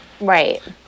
Right